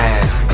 Ass